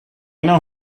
know